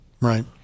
Right